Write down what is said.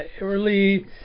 early